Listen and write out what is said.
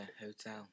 hotel